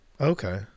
Okay